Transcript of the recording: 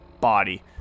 body